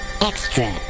Extra